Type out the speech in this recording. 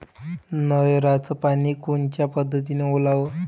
नयराचं पानी कोनच्या पद्धतीनं ओलाव?